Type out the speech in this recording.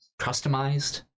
Customized